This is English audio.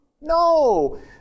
no